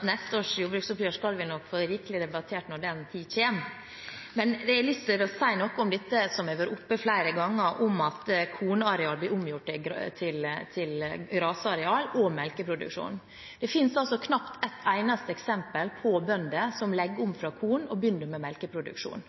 Neste års jordbruksoppgjør skal vi nok debattere rikelig når den tiden kommer. Men jeg har lyst til å si noe om dette som har vært oppe flere ganger, om at kornareal blir omgjort til grasareal og melkeproduksjon. Det finnes knapt ett eneste eksempel på bønder som legger om fra korn og begynner med melkeproduksjon.